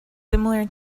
similar